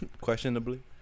Questionably